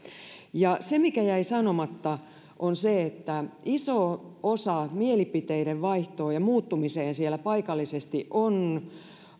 ja se mikä jäi sanomatta on se että iso osa mielipiteidenvaihdosta ja muuttumisesta siellä paikallisesti on